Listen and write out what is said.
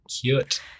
cute